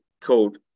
called